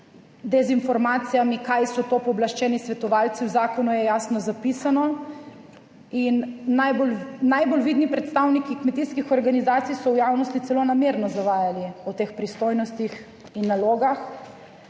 dezinformacijami, kaj so to pooblaščeni svetovalci. V zakonu je jasno zapisano in najbolj vidni predstavniki kmetijskih organizacij so v javnosti celo namerno zavajali o teh pristojnostih in nalogah,